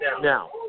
Now